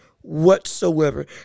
whatsoever